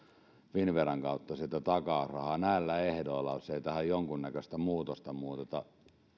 finnveran kautta sitä takausrahaa näillä ehdoilla jos ei tähän jonkunnäköistä muutosta muuteta